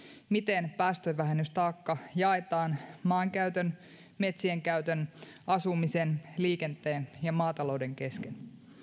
miten päästövähennystaakka jaetaan maankäytön metsienkäytön asumisen liikenteen ja maatalouden kesken